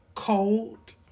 cold